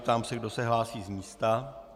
Ptám se, kdo se hlásí z místa.